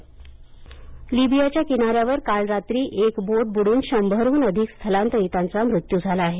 Libya मत्य लीबियाच्या किनाऱ्यावर काल रात्री एक बोट बुडून शंभरहून अधिक स्थलांतरीतांचा मृत्यू झाला आहे